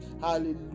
Hallelujah